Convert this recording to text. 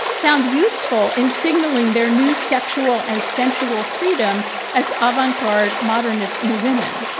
found useful in signaling their new sexual and sensual freedom as avant-garde modernist new women.